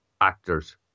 actors